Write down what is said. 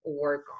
work